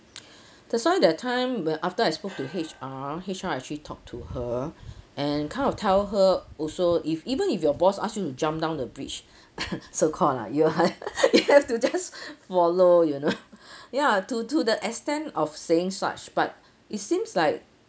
that's why that time when after I spoke to H_R H_R actually talk to her and kind of tell her also if even if your boss ask you to jump down the bridge so call lah you you have to just follow you know yeah to to the extent of saying such but it seems like